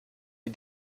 die